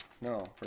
No